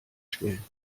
stellen